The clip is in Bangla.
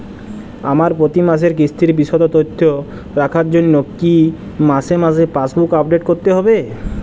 আমার প্রতি মাসের কিস্তির বিশদ তথ্য রাখার জন্য কি মাসে মাসে পাসবুক আপডেট করতে হবে?